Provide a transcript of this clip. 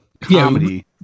comedy